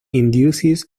induces